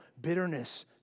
bitterness